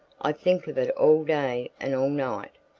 i think of it all day and all night.